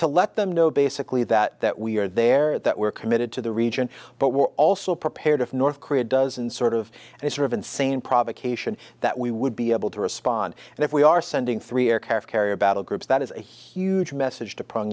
to let them know basically that we're there that we're committed to the region but we're also prepared if north korea doesn't sort of and sort of insane provocation that we would be able to respond and if we are sending three aircraft carrier battle groups that is a huge message to pr